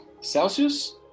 Celsius